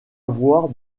avoir